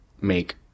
make